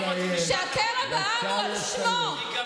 החיילים בחזית לא רוצים לשמוע מפוליטיקה.